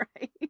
right